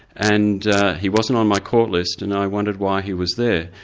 and he wasn't on my court list, and i wondered why he was there.